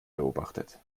beobachtet